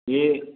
यह